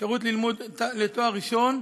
אפשרות ללמוד לתואר ראשון,